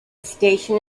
station